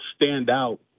standout